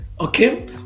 okay